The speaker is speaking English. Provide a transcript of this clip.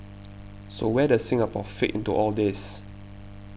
so where does Singapore fit into all this